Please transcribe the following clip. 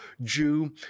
Jew